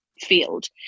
field